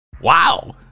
Wow